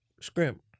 scrimp